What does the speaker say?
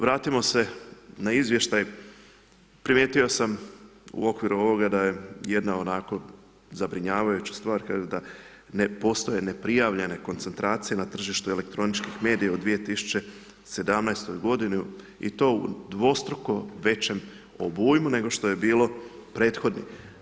Vratimo se na izvještaj, primijetio sam u okviru ovoga da je jedna onako zabrinjavajuća stvar, kaže da ne postoje neprijavljene koncentracije na tržištu elektroničkih medija od 2017. g. i to u dvostrukom većem obujmu nego što je bilo prethodno.